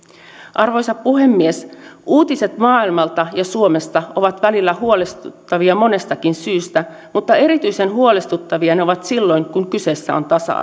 arvoisa puhemies uutiset maailmalta ja suomesta ovat välillä huolestuttavia monestakin syystä mutta erityisen huolestuttavia ne ovat silloin kun kyseessä on tasa